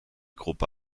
gruppe